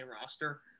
roster